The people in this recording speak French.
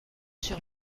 sur